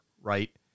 right